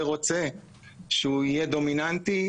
ורוצה שהוא יהיה דומיננטי,